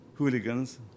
hooligans